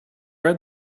read